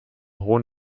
hohn